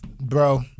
bro